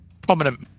prominent